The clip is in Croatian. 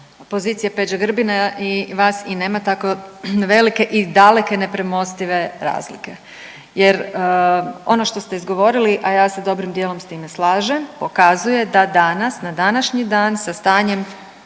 pozicije Peđe Grbina i vas i nema tako velike i daleke nepremostive razlike. Jer ono što ste izgovorili, a ja se dobrim dijelom s time slažem pokazuje da danas na današnji dan sa stanjem